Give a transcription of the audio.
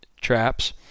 traps